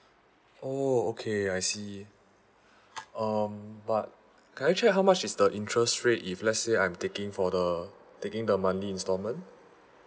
oh okay I see um but can I check how much is the interest rate if let's say I'm taking for the taking the monthly installment